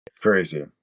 Crazy